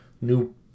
new